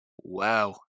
Wow